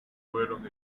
fueron